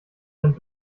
ein